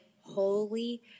holy